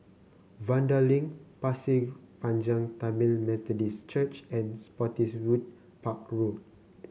Vanda Link Pasir Panjang Tamil Methodist Church and Spottiswoode Park Road